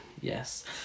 Yes